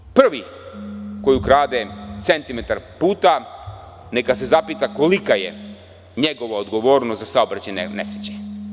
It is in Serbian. Nažalost, prvi koji ukrade centimetar puta, neka se zapita kolika je njegova odgovornost za saobraćajne nesreće.